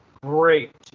Great